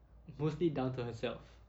mostly down to herself